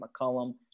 McCollum